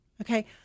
okay